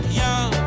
young